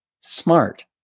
smart